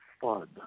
fun